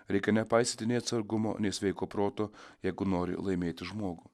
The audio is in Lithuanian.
reikia nepaisyti nei atsargumo nei sveiko proto jeigu nori laimėti žmogų